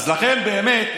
לכן באמת,